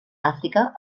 àfrica